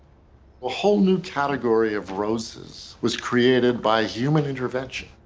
whole new category of roses was created by human intervention.